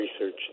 research